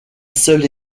seule